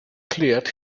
cleared